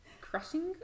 crushing